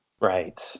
Right